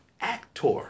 actor